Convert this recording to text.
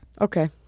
Okay